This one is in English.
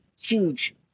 huge